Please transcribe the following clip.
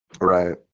Right